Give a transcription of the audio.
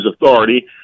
authority